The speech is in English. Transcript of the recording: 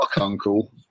Uncle